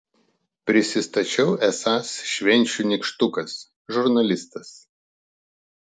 prisistačiau esąs švenčių nykštukas žurnalistas